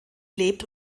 lebt